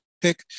pick